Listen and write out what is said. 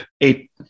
eight